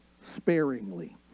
sparingly